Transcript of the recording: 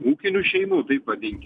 ūkinių šeimų taip vadinkim